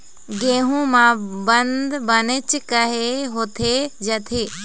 गेहूं म बंद बनेच काहे होथे जाथे?